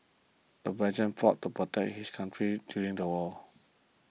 the veteran fought to protect his country during the war